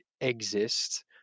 exist